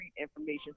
information